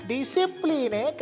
Discipline